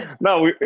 No